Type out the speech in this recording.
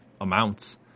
amounts